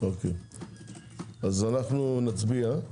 אז אנחנו נצביע.